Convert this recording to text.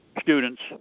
students